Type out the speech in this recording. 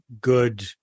good